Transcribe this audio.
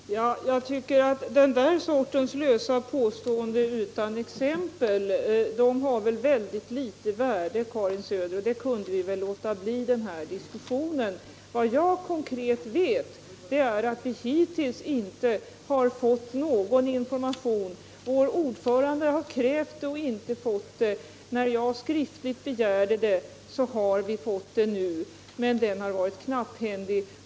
Herr talman! Jag tycker att den sortens lösa påståenden utan exempel har mycket litet värde. Sådana kunde vi väl låta bli att använda i den här diskussionen. Vad jag konkret vet är att vi hittills inte har fått någon information. Vår ordförande har krävt det, och vi har inte fått det. När jag skriftligen begärde det har vi nu fått det, men den har varit knapphändig.